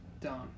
Done